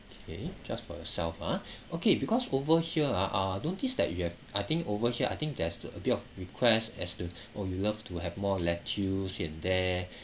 okay just for yourself ah okay because over here ah uh notice that you have I think over here I think there's a bit of requests as to oh you love to have more lettuce here and there